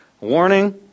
Warning